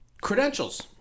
credentials